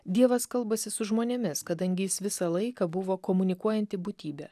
dievas kalbasi su žmonėmis kadangi jis visą laiką buvo komunikuojanti būtybė